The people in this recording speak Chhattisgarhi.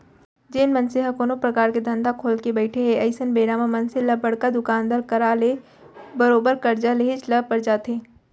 जेन मनसे ह कोनो परकार के धंधा खोलके बइठे हे अइसन बेरा म मनसे ल बड़का दुकानदार करा ले बरोबर करजा लेहेच ल पर जाथे